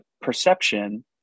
perception